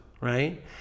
right